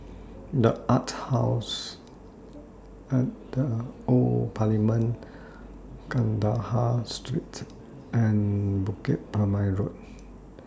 The Arts House At The Old Parliament Kandahar Street and Bukit Purmei Road